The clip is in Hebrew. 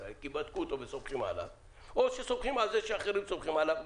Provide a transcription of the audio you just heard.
ישראל כי בדקו אותו או שסומכים על זה שאחרים סומכים עליו,